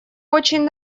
очень